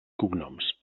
cognoms